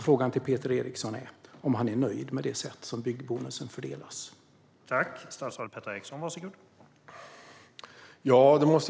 Frågan till Peter Eriksson är om han är nöjd med det sätt som byggbonusen fördelas på.